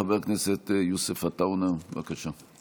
חבר הכנסת יוסף עטאונה, בבקשה.